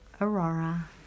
Aurora